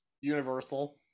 universal